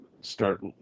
start